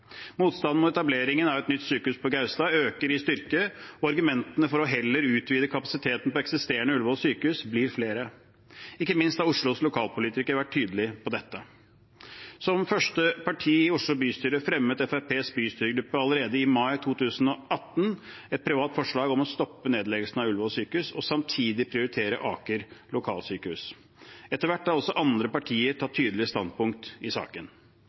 Motstanden mot etableringen av et nytt sykehus på Gaustad øker i styrke, og argumentene for heller å utvide kapasiteten på eksisterende Ullevål sykehus blir flere. Ikke minst har Oslos lokalpolitikere vært tydelige på dette. Som første parti i Oslo bystyre fremmet Fremskrittspartiets bystyregruppe allerede i mai 2018 et privat forslag om å stoppe nedleggelsen av Ullevål sykehus og samtidig prioritere Aker lokalsykehus. Etter hvert har også andre partier tatt tydelige standpunkt i saken.